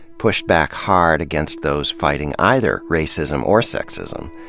pushed back hard against those fighting either racism or sexism,